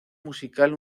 musical